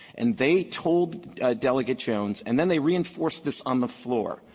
and they told delegate jones and then they reinforced this on the floor,